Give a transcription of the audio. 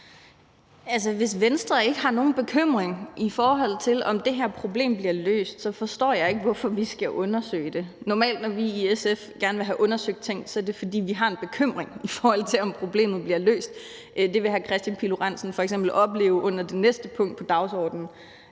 Hvis Venstre ikke har nogen bekymring, i forhold til om det her problem bliver løst, så forstår jeg ikke, hvorfor vi skal undersøge det. Når vi i SF gerne vil have undersøgt ting, er det normalt, fordi vi har en bekymring, i forhold til om problemet bliver løst. Det vil hr. Kristian Pihl Lorentzen f.eks. opleve under det næste punkt på dagsordenen.